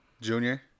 Junior